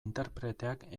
interpreteak